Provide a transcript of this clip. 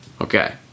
okay